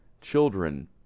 Children